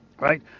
Right